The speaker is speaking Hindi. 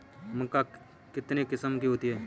मक्का कितने किस्म की होती है?